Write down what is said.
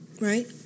Right